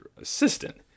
assistant